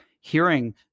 hearing